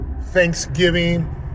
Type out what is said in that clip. thanksgiving